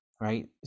right